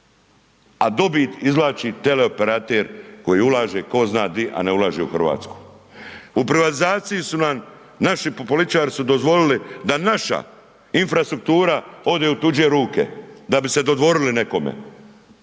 a dobit izvlači teleoperater koji ulaže tko zna di, a ne ulaže u Hrvatsku. U privatizaciji su nam naši političari su dozvolili da naša infrastruktura ode u tuđe ruke da bi se dodvorili nekome